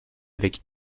avec